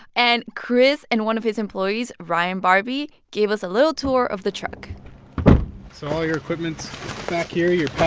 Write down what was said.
and kris and one of his employees, ryan barbee, gave us a little tour of the truck so all your equipment's back here your pack,